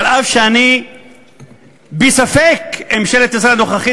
אף שאני בספק אם ממשלת ישראל הנוכחית